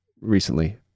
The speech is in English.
recently